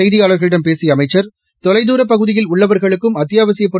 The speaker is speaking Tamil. செய்தியாளர்களிடம் பேசிய அமைச்சர் தொலைதூரப் பகுதியில் உள்ளவர்களுக்கும் அத்தியாவசியப் பின்னர்